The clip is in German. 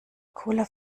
cola